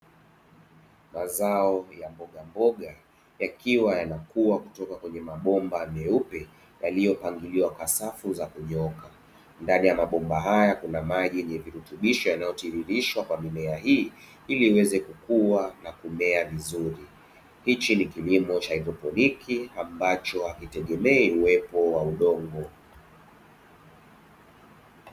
Mazao ya mbogamboga yakiwa yanakuwa kutoka kwenye mabomba meupe yaliyopangiliwa kwa safu za kunyooka, ndani ya mabomba haya kuna maji yenye virutubisho yanayotiririshwa kwa mimea hii ili iweze kukua na kumea vizuri, hichi ni kilimo cha haidroponiki ambacho hakitegemei uwepo wa udongo.